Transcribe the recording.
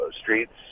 streets